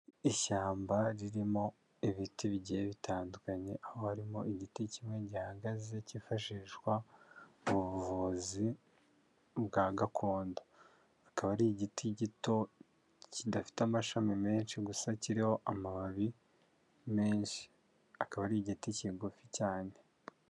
Ishyamba ririmo ibiti bigiye bitandukanye, aho harimo igiti kimwe gihagaze cyifashishwa mu buvuzi bwa gakondo, akaba ari igiti gito kidafite amashami menshi gusa kiriho amababi menshi, akaba ari igiti kigufi cyane.